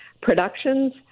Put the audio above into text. productions